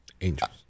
Angels